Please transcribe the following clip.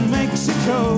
mexico